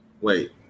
wait